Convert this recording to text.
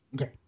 okay